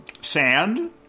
Sand